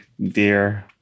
dear